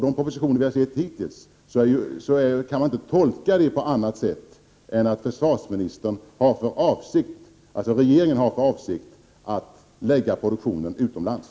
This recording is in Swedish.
De propositioner som hittills har kommit kan inte tolkas på annat sätt än att regeringen har för avsikt att lägga produktionen utomlands.